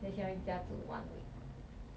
okay bye